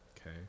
okay